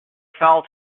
fell